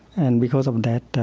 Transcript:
and, because of that,